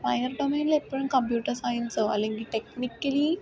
minor ഡൊമൈനിൽ ഇപ്പോഴും computer സയൻസോ അല്ലെങ്കിൽ ടെക്നിക്കലി